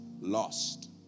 lost